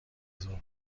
ظهر